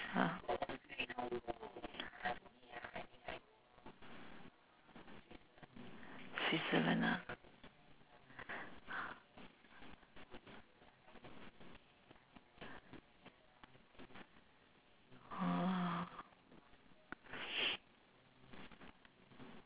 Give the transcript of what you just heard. ah switzerland ah orh